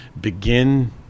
begin